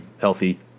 healthy